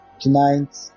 Tonight